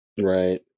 Right